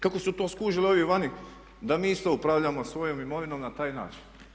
Kako su to skužili ovi vani da mi isto upravljamo svojom imovinom na taj način.